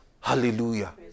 Hallelujah